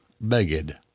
begged